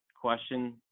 question